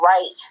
Right